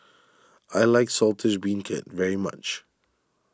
I like Saltish Beancurd very much